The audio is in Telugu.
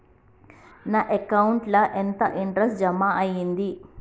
నా అకౌంట్ ల ఎంత ఇంట్రెస్ట్ జమ అయ్యింది?